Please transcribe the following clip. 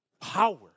Power